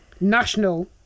national